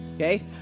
Okay